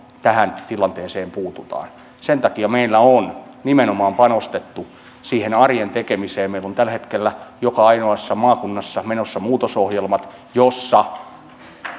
tähän tilanteeseen puututaan sen takia meillä on panostettu nimenomaan siihen arjen tekemiseen meillä on tällä hetkellä joka ainoassa maakunnassa menossa muutosohjelmat joissa